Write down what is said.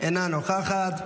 אינה נוכחת.